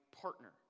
partner